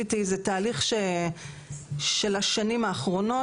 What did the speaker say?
זה תהליך של השנים האחרונות.